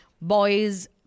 boys